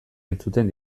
entzuten